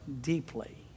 deeply